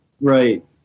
right